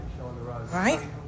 Right